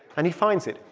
and he finds it.